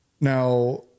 Now